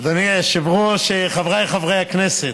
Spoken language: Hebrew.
אדוני היושב-ראש, חבריי חברי הכנסת,